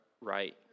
Right